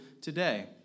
today